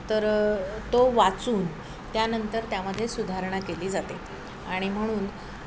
तर तो वाचून त्यानंतर त्यामध्ये सुधारणा केली जाते आणि म्हणून